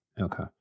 Okay